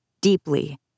deeply